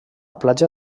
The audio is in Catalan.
platja